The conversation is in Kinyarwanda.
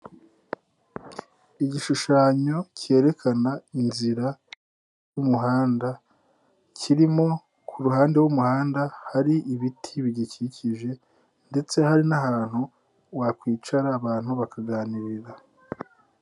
Igishushanyo cyerekana inzira y'umuhanda kirimo ku ruhande rw'umuhanda hari ibiti bigikikije ndetse hari n'ahantu wakwicara abantu bakaganirira.